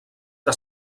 que